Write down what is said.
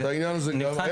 את העניין הזה גם.